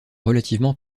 relativement